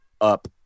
up